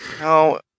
No